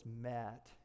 met